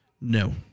No